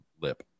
lip